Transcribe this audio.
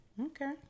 Okay